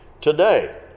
today